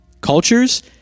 cultures